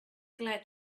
glad